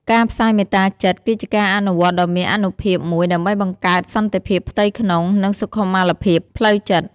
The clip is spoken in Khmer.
ការផ្សាយមេត្តាចិត្ត គឺជាការអនុវត្តន៍ដ៏មានអានុភាពមួយដើម្បីបង្កើតសន្តិភាពផ្ទៃក្នុង និងសុខុមាលភាពផ្លូវចិត្ត។